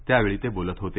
त्यावेळी ते बोलत होते